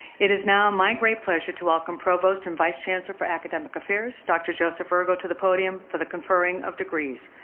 it is now my great pleasure to welcome provost and vice chancellor for academic affairs, dr. joseph urgo to the podium for the conferring of degrees.